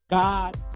God